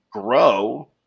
grow